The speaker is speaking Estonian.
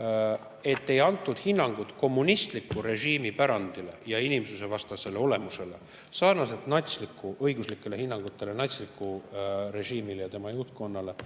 ei ole andnud hinnangut kommunistliku režiimi pärandile ja inimsusvastasele olemusele, nagu anti õiguslikud hinnangud natslikule režiimile ja tema juhtkonnale,